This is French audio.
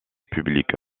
public